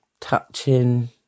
Touching